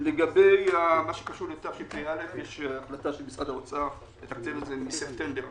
לגבי מה שקשור לתשפ"א יש החלטה של משרד האוצר לתקצב את זה מספטמבר השנה.